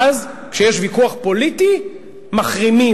ואז, כשיש ויכוח פוליטי, מחרימים.